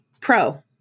Pro